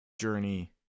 journey